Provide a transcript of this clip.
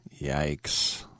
Yikes